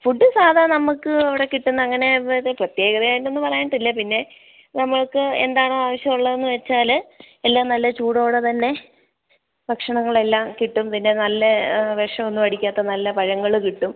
food സാദാ നമുക്ക് അവിടെ കിട്ടുന്ന അങ്ങനെ പ്രത്യേകത ഉണ്ടെന്ന് പറയത്തില്ല പിന്നെ നമുക്ക് എന്താണ് ആവശ്യം ഉള്ളതെന്ന് വെച്ചാൽ എല്ലാം നല്ല ചൂടോടെ തന്നെ ഭക്ഷണങ്ങൾ എല്ലാം കിട്ടും പിന്നെ നല്ലെ വിഷം ഒന്നും അടിക്കാത്ത നല്ല പഴങ്ങൾ കിട്ടും